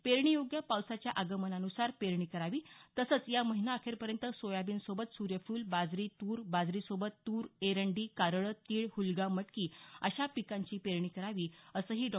पेरणीयोग्य पावसाच्या आगमनानुसार पेरणी करावी तसंच या महिनाअखेरपर्यंत सोयबीनसोबत सुर्यफूल बाजरी तूर बाजरीसोबत तूर एरंडी कारळं तीळ हलगा मटकी अशा पीकांची पेरणी करावी असंही डॉ